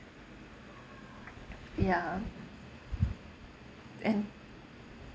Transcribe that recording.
ya and